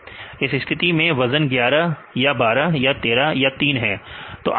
इस स्थिति में वजन 11 या 12 या 13 या यह तीन है